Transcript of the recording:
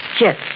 Yes